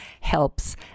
helps